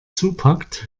zupackt